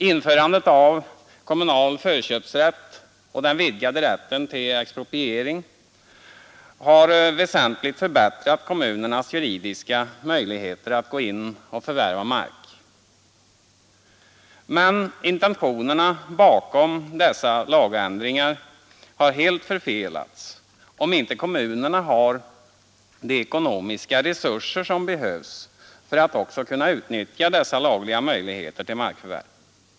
Införandet av kommunal förköpsrätt och den vidgade rätten till expropriering har väsentligt förbättrat kommunernas juridiska möjligheter att gå in och förvärva mark. Men intentionerna bakom dessa lagändringar har helt förfelats om inte kommunerna har de ekonomiska resurser som behövs för att också kunna utnyttja dessa lagliga möjligheter till markförvärv.